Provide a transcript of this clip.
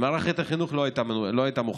שמערכת החינוך לא הייתה מוכנה.